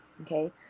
Okay